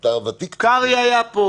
אתה הוותיק --- רגע,